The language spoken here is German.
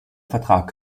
vertrag